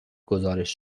گزارش